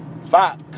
Fuck